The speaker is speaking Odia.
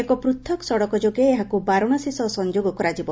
ଏକ ପୂଥକ୍ ସଡ଼କ ଯୋଗେ ଏହାକୁ ବାରାଣାସୀ ସହ ସଂଯୋଗ କରାଯିବ